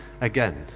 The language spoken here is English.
again